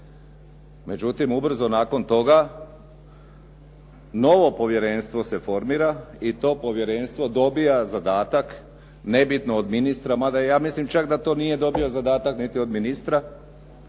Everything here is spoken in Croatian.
Međutim, ubrzo nakon toga novo povjerenstvo se formira i to povjerenstvo dobija zadatak nebitno od ministra, mada ja mislim čak da to nije dobio zadatak niti od ministra